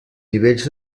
nivells